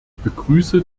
begrüße